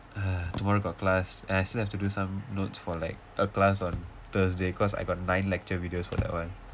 tomorrow got class and I still have to do some notes for like a class on thursday cause I got nine lecture videos for that one